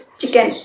chicken